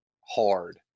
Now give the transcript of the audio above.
hard